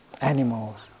animals